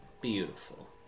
Beautiful